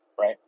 right